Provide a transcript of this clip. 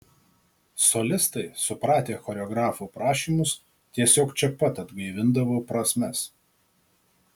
solistai supratę choreografo prašymus tiesiog čia pat atgaivindavo prasmes